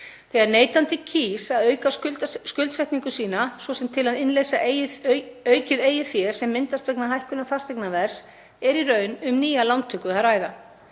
Þegar neytandi kýs að auka skuldsetningu sína, svo sem til að innleysa aukið eigið fé sem myndast vegna hækkunar fasteignaverðs, er í raun um nýja lántöku að ræða.